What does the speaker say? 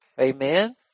Amen